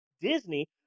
Disney